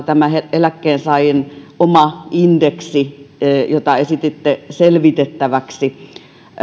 tämä eläkkeensaajien oma indeksi jota esititte selvitettäväksi